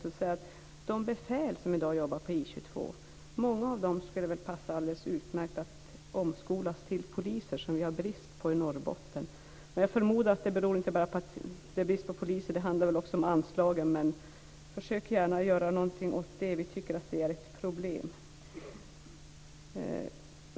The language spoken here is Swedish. Många av de befäl som i dag jobbar på I 22 skulle passa alldeles utmärkt att omskolas till poliser, som vi har brist på i Norrbotten. Men jag förmodar att det inte bara är brist på poliser som det handlar om, utan det handlar också om anslagen. Men försök gärna att göra någonting åt detta, för vi tycker att det är ett problem.